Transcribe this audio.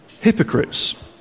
hypocrites